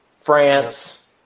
France